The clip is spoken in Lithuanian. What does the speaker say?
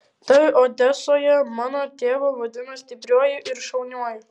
tai odesoje mano tėvą vadino stipriuoju ir šauniuoju